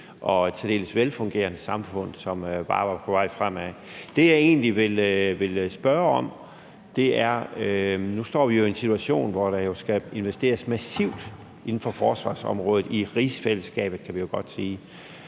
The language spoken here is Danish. og til dels et velfungerende samfund, som bare var på vej fremad. Det, jeg egentlig vil spørge om, er, at vi jo står i en situation, hvor der skal investeres massivt på forsvarsområdet i rigsfællesskabet, kan vi jo godt sige.